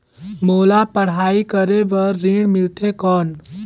मोला पढ़ाई करे बर ऋण मिलथे कौन?